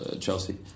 Chelsea